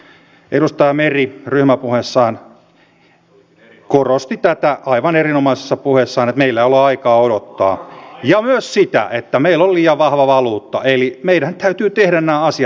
edustaja meri ryhmäpuheessaan korosti tätä aivan erinomaisessa puheessaan että meillä ei ole aikaa odottaa ja myös sitä että meillä on liian vahva valuutta eli meidän täytyy tehdä nämä asiat nyt itse